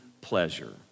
pleasure